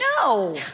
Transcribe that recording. no